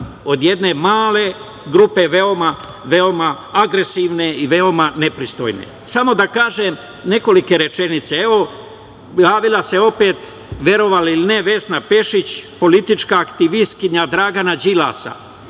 od jedne male grupe, veoma agresivne i veoma nepristojne. Samo da kažem nekoliko rečenica. Evo, javila se opet, verovali ili ne Vesna Pešić politička, aktivistkinja Dragana Đilasa.